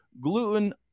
Gluten